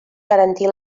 garantir